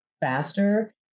faster